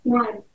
one